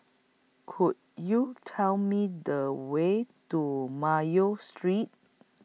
Could YOU Tell Me The Way to Mayo Street